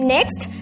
Next